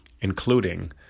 including